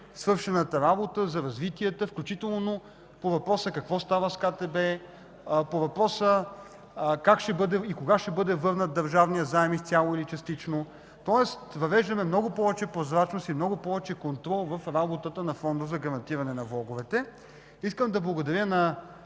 свършената работа, за развитието, включително по въпроса какво става с КТБ, по въпроса как и кога ще бъде върнат държавният заем изцяло или частично. Тоест въвеждаме много повече прозрачност и много повече контрол в работата на гарантиране на влоговете. Искам да благодаря на